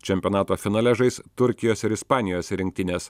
čempionato finale žais turkijos ir ispanijos rinktinės